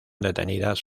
detenidas